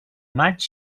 maig